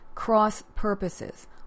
cross-purposes